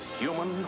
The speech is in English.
human